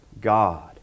God